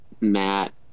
Matt